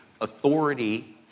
authority